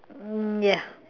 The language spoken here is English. mm yah